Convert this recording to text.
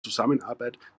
zusammenarbeit